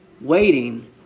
Waiting